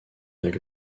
avec